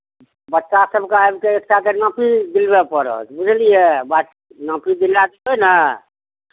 बच्चा सभकेँ आबि कऽ एक टा तऽ नापी दिलबय पड़त बुझलियै नापी दिलाय देबै ने